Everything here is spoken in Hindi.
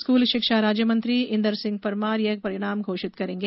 स्कूल शिक्षा राज्यमंत्री इंदर सिंह परमार यह परिणाम घोषित करेंगे